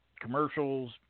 commercials